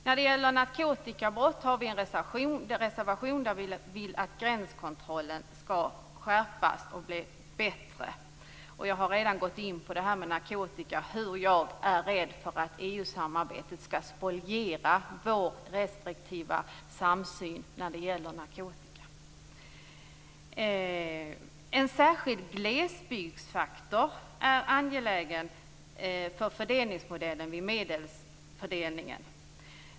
När det gäller narkotikabrott säger vi i en reservation att vi vill att gränskontrollen skall skärpas och bli bättre. Jag har redan talat om att jag är rädd för att EU-samarbetet skall spoliera vår restriktiva samsyn i fråga om narkotika. En särskild glesbygdsfaktor är angelägen att ha med vid medelsfördelningen.